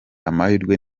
amahirwe